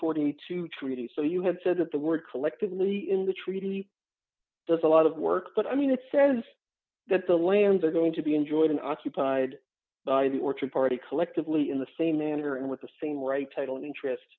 dollars treaty so you have said that the word collectively in the treaty does a lot of work but i mean it says that the lands are going to be enjoyed an occupied by the orchard party collectively in the same manner and with the same right title an interest